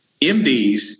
MDs